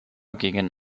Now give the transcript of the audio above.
gegen